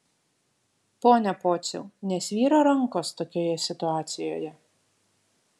pone pociau nesvyra rankos tokioje situacijoje